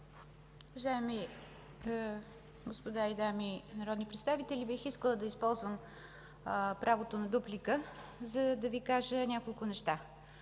Уважаеми господа и дами народни представители, бих искала да използвам правото за дуплика, за да Ви кажа няколко неща.